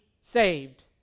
saved